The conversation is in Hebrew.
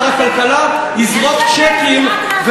לא משמרים מפעל, סליחה, אבל בגללנו?